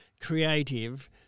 creative